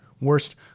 worst